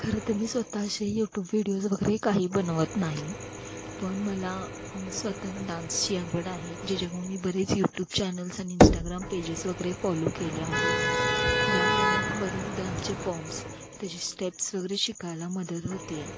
खरं मी स्वतः असे यूट्यूब व्हिडिओज वगैरे काही बनवत नाही पण मला स्वतःना डान्सची आवड आहे ज्याच्यामुळे मी बरेच यूट्यूब चॅनल्स आणि इन्स्टाग्राम पेजेस वगैरे फॉलो केले आहेत ज्यामुळे मला बरेच डान्सचे फॉर्म्स त्याचे स्टेप्स वगैरे शिकायला मदत होते आहे